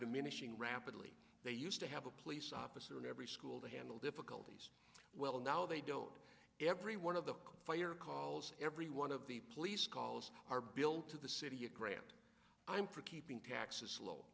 diminishing rapidly they used to have a police officer in every school to handle difficulty well now they don't every one of the fire calls every one of the police calls are built to the city a great time for keeping taxes low